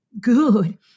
good